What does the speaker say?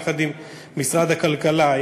עם משרד הכלכלה,